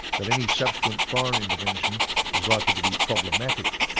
that any subsequent foreign intervention is likely to be problematic,